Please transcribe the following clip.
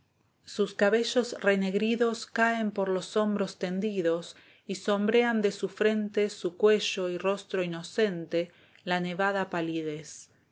sus cabellos renegridos caen por los hombros tendidos y sombrean de su frente su cuello y rostro inocente la cautiva la nevada palidez no